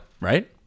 right